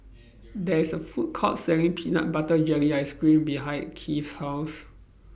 There IS A Food Court Selling Peanut Butter Jelly Ice Cream behind Keith House